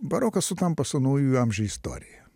barokas sutampa su naujųjų amžių istorija